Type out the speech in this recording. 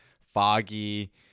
foggy